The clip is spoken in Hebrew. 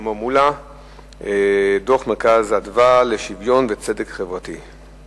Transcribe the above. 2923: דוח "מרכז אדוה" מידע על שוויון וצדק חברתי בישראל: